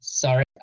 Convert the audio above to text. Sorry